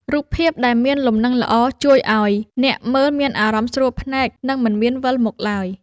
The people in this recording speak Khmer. រូបភាពដែលមានលំនឹងល្អជួយឱ្យអ្នកមើលមានអារម្មណ៍ស្រួលភ្នែក និង មិនមានវិលមុខឡើយ។